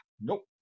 nope